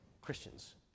Christians